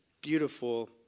beautiful